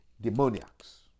demoniacs